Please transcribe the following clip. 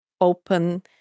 open